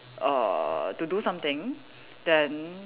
err to do something then